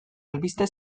albiste